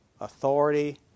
authority